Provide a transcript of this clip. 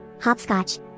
Hopscotch